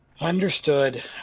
Understood